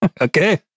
Okay